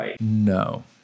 No